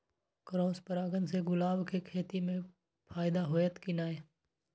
Cross परागण से गुलाब के खेती म फायदा होयत की नय?